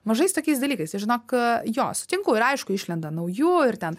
mažais tokiais dalykais ir žinok jo sutinku ir aišku išlenda naujų ir ten